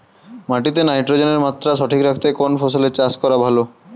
মাটিতে নাইট্রোজেনের মাত্রা সঠিক রাখতে কোন ফসলের চাষ করা ভালো?